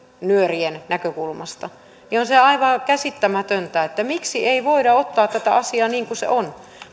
nyörien näkökulmasta niin on se aivan käsittämätöntä miksi ei voida ottaa tätä asiaa niin kuin se on